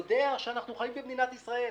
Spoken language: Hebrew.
יודע שאנחנו חיים במדינת ישראל.